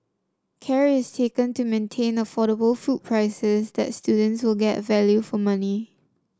care is taken to maintain affordable food prices and that students will get value for money